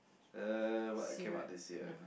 uh what came out this year